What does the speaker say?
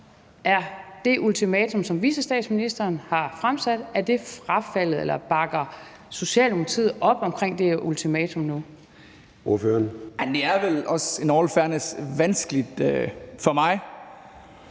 Er det ultimatum, som vicestatsministeren har fremsat, frafaldet, eller bakker Socialdemokratiet op omkring det her ultimatum nu? Kl. 09:19 Formanden (Søren Gade): Ordføreren.